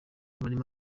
barimo